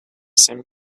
same